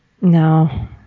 No